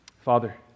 Father